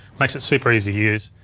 makes it super easy to use.